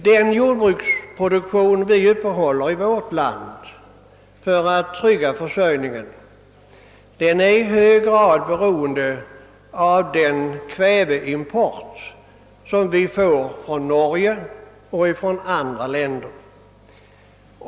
Den jordbruksproduktion som vi i Sverige upprätthåller för att trygga försörjningen är i hög grad beroende av vår kväveimport från Norge och från andra länder.